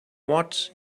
what